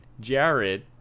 Jared